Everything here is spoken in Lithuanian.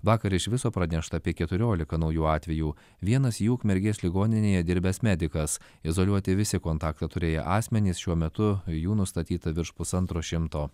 vakar iš viso pranešta apie keturiolika naujų atvejų vienas jų ukmergės ligoninėje dirbęs medikas izoliuoti visi kontaktą turėję asmenys šiuo metu jų nustatyta virš pusantro šimto